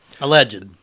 Alleged